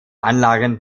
anlagen